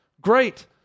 great